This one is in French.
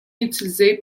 utilisé